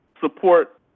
support